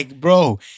bro